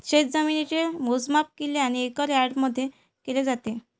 शेतजमिनीचे मोजमाप किल्ले आणि एकर यार्डमध्ये केले जाते